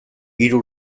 hiru